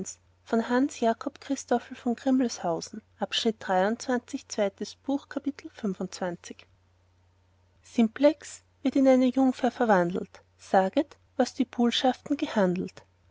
fünfundzwanzigste kapitel simplex wird in eine jungfer verwandelt saget was seine buhlschaften gehandelt